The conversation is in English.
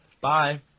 Bye